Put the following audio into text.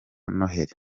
noheli